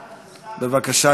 בבקשה,